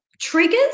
triggers